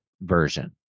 version